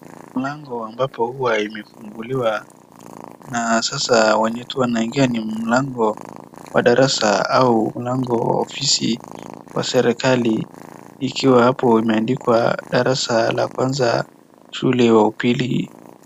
Lango ambapo huwa imefunguliwa na sasa wenye tu wanaingia ni mlango wa darasa au mlango wa ofisi wa serikali ikiwa hapo imeandikwa darasa la kwanza shule ya pili.